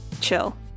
chill